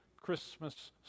Christmas